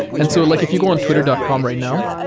and so like if you go on twitter dot com right now,